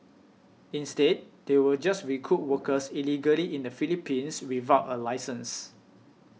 instead they will just recruit workers illegally in the Philippines without a licence